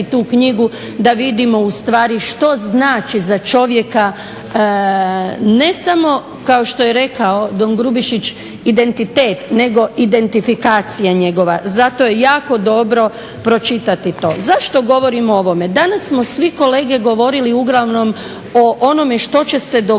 tu knjigu da vidimo u stvari što znači za čovjeka ne samo kao što je rekao don Grubišić identitet nego identifikacija njegova. Zato je jako dobro pročitati to. Zašto govorim o ovome? Danas smo svi kolege govorili uglavnom o onome što će se dogoditi